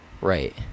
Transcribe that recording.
Right